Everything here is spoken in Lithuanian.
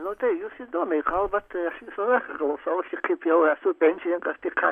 nu tai jūs įdomiai kalbat aš visada klausausi kaip jau esu pensininkas tai ką